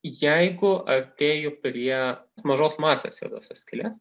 jeigu artėju prie mažos masės juodosios skylės